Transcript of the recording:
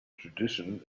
tradition